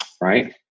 right